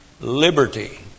Liberty